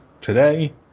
today